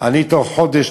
תוך חודש,